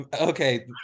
Okay